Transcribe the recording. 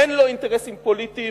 אין לו אינטרסים פוליטיים,